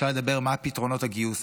אפשר לדבר מהם פתרונות הגיוס,